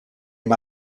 amb